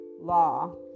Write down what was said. law